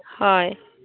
হয়